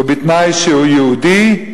ובתנאי שהוא יהודי,